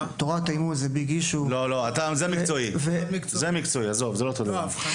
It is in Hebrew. תורת האימון היא Big Issue --- זה מקצועי; זה לא אותו הדבר.